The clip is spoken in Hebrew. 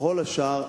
בכל השאר,